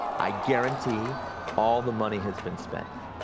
i guarantee all the money has been spent,